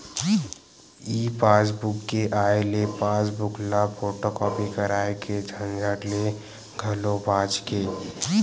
ई passbook के आए ले पासबूक ल फोटूकापी कराए के झंझट ले घलो बाच गे